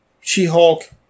She-Hulk